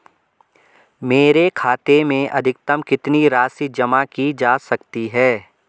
मेरे खाते में अधिकतम कितनी राशि जमा की जा सकती है?